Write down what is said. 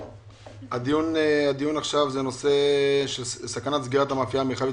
על סדר היום סכנת סגירת המאפייה המרחבית